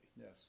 Yes